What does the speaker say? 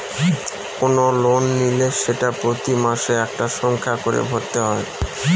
কোনো লোন নিলে সেটা প্রতি মাসে একটা সংখ্যা করে ভরতে হয়